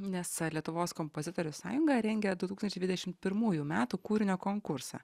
nes lietuvos kompozitorių sąjunga rengia du tūkstančiai dvidešim pirmųjų metų kūrinio konkursą